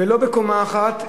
ולא בקומה אחת,